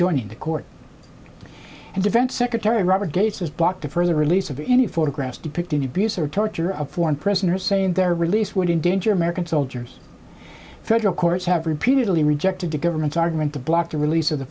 joining the court and defense secretary robert gates has blocked a further release of any photographs depicting the abuse or torture of foreign prisoners saying their release will endanger american soldiers federal courts have repeatedly rejected the government's argument to block the release of the